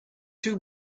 two